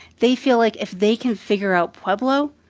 they feel like if they can figure out pueblo,